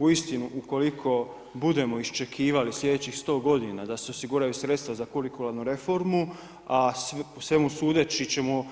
Uistinu ukoliko budemo iščekivali sljedećih 100 godina da se osiguraju sredstva za kurikularnu reformu, a po svemu sudeći ćemo